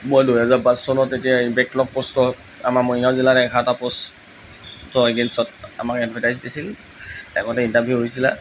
মই দুহেজাৰ পাঁচ চনত তেতিয়া বেকলগ পষ্টত আমাৰ মৰিগাঁও জিলাৰ এঘাৰটা পষ্টৰ এগেইনষ্টত আমাৰ এডভাৰটাইজ দিছিল আগতে ইণ্টাৰভিউ হৈছিলে